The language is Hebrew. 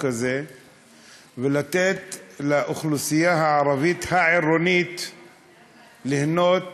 הזה ולתת לאוכלוסייה הערבית העירונית ליהנות